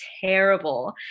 terrible